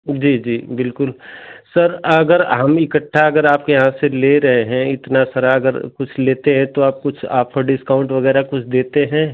जी जी बिल्कुल सर अगर हम इकट्ठा अगर आपके यहाँ से ले रहे हैं इतना सारा अगर कुछ लेते हैं तो आप कुछ आपका डिस्काउंट वग़ेरह कुछ देते हैं